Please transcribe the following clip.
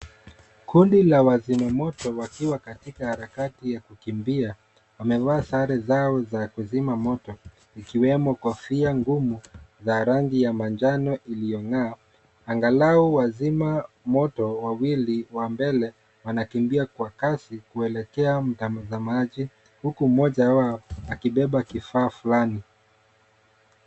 Kundi la wazimamoto wakiwa katika harakati ya kukimbia wamevaa sare zao za kuzima moto ikiwemo kofia ngumu ya rangi ya manjano iliyong'aa, angalau wazimamoto wawili wa mbele wanakimbia kwa kasi kuelekea, huku mmoja akibeba kifaa flani.